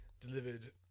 delivered